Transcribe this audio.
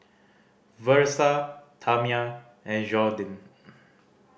Versa Tamia and Jordin